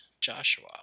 Joshua